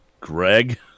Greg